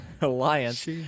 alliance